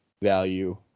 value